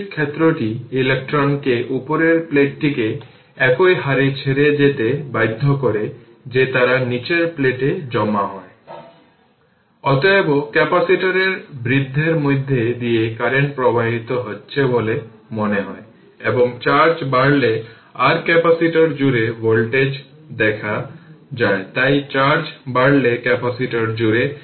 উদাহরণস্বরূপ একটি 3 মাইক্রোফ্যারাড ক্যাপাসিটরের উপর 20 সহ 20 ভোল্ট জুড়ে স্টোরড চার্জ গণনা করাও ক্যাপাসিটরে স্টোরড এনার্জি কে খুব সহজ বলে মনে করে